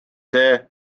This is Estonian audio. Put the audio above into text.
see